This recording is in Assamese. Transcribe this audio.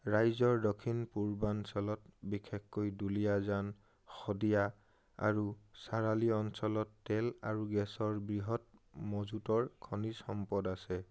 ৰাইজৰ দক্ষিণ পূৰ্বাঞ্চলত বিশেষকৈ দুলীয়াজান শদিয়া আৰু চাৰালি অঞ্চলত তেল আৰু গেছৰ বৃহৎ মজুতৰ খনিজ সম্পদ আছে